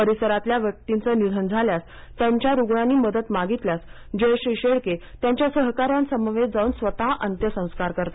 परिसरातील व्यक्तींचे निधन झाल्यास त्यांच्या रूग्णांनी मदत मागितल्यास जयश्री शेळके त्यांच्या सहकाऱ्यांसमवेत जाऊन स्वतः अंत्यसंस्कार करतात